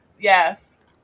Yes